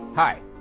Hi